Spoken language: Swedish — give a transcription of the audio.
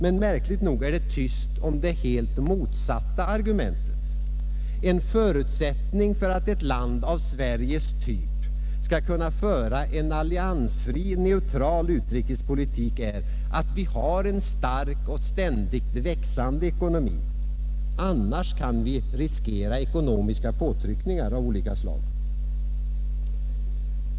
Men märkligt nog är det helt tyst om det rakt motsatta argumentet, nämligen att en förutsättning för att ett land av Sveriges typ skall kunna föra en alliansfri neutral utrikespolitik är att vi har en stark och ständigt växande ekonomi. Annars kan vi riskera ekonomiska påtryckningar av olika slag.